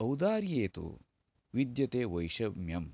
औदार्ये तु विध्यते वैषम्यम्